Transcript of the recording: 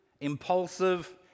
impulsive